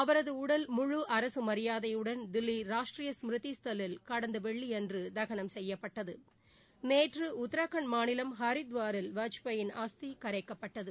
அவரது உடல் முழு அரசு மியாதையுடன் தில்லி ராஷ்ட்ரிய ஸ்மிருதி ஸ்தல் இல் கடந்த வெள்ளியன்று தகனம் செய்யப்பட்டது நேற்று உத்திரகாண்ட் மாநிலம் ஹரித்துவாரில் நேற்று வாஜ்பாயின் அஸ்தி கரைக்கப்பட்டது